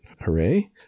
Hooray